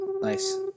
Nice